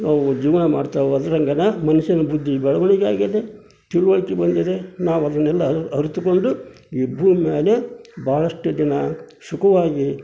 ಅವು ಜೀವನ ಮಾಡ್ತಾವೆ ಅದ್ರಂಗೇನೇ ಮನುಷ್ಯನ ಬುದ್ದಿ ಬೆಳವಣಿಗೆ ಆಗಿದೆ ತಿಳುವಳಿಕೆ ಬಂದಿದೆ ನಾವದನ್ನೆಲ್ಲ ಅರಿತುಕೊಂಡು ಈ ಭೂಮಿ ಮೇಲೆ ಭಾಳಷ್ಟು ದಿನ ಸುಖವಾಗಿ